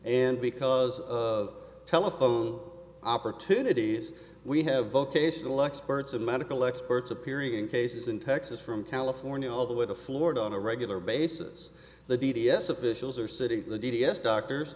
and because of telephone opportunities we have vocational experts and medical experts appearing in cases in texas from california all the way to florida on a regular basis the d d s officials or city d d s doctors